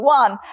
one